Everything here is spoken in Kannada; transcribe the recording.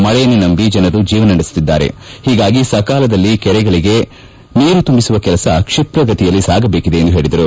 ಮಳೆಯನ್ನೇ ನಂಬಿ ಜನರು ಜೀವನ ನಡೆಸುತ್ತಿದ್ದಾರೆ ಹೀಗಾಗಿ ಸಕಾಲದಲ್ಲಿ ಕೆರೆಗಳಿಗೆ ನೀರು ತುಂಬಿಸುವ ಕೆಲಸ ಕ್ಷಿಪ್ರಗತಿಯಲ್ಲಿ ಸಾಗಬೇಕಿದೆ ಎಂದು ಹೇಳದರು